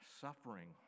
suffering